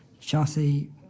Chelsea